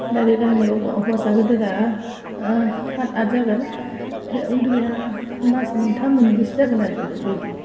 दादै लाहानियाव हौवासा गेदेरा हाथ आथ जागोन ओमफ्राय उन्दैया मास मोन्थाम मोनब्रैसो जागोन आरो बेफोरबायदि